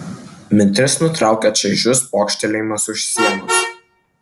mintis nutraukė čaižus pokštelėjimas už sienos